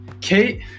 Kate